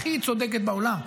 הכי צודקת בעולם.